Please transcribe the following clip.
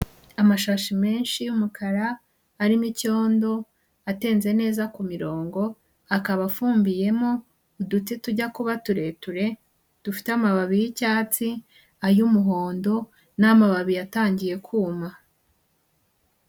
Amashashi menshi y'umukara arimo icyondo atenze neza kurongo, akaba afumbiyemo uduti tujya kuba tureture dufite amababi y'icyatsi, ay'umuhondo n'amababi yatangiye kuma.